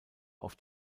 auf